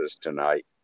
tonight